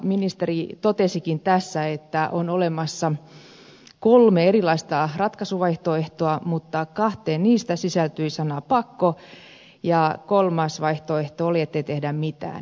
ministeri totesikin tässä että on olemassa kolme erilaista ratkaisuvaihtoehtoa mutta kahteen niistä sisältyi sana pakko ja kolmas vaihtoehto oli ettei tehdä mitään